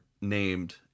named